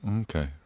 Okay